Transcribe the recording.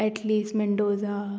at least Mendoza